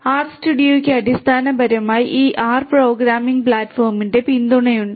ആർസ്റ്റുഡിയോയ്ക്ക് അടിസ്ഥാനപരമായി ഈ R programming പ്ലാറ്റ്ഫോമിന് പിന്തുണയുണ്ട്